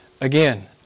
Again